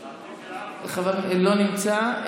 לא נמצא.